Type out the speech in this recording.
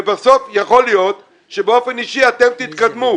ובסוף יכול להיות שבאופן אישי אתם תתקדמו,